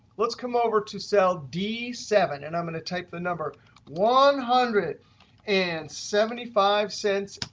let's come over to cell d seven. and i'm going to take the number one hundred and seventy five cents,